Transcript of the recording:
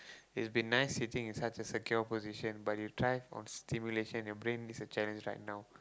he's been there sitting in such a secure position but you try on stimulation you brain needs a challenge right now